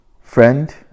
Friend